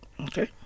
Okay